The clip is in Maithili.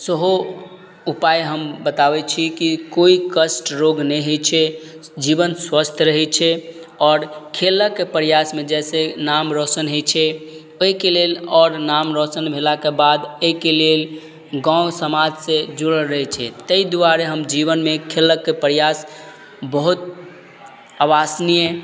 सेहो उपाय हम बताबय छी कि कोइ कष्ट रोग नहि होइ छै जीवन स्वस्थ रहय छै आओर खेलयके प्रयासमे जैसे नाम रौशन होइ छै ओइके लेल आओर नाम रौशन भेलाके बाद अइके लेल गाँव समाजसँ जुड़ल रहय छै तै दुआरे हम जीवनमे खेलऽके प्रयास बहुत अवासनीय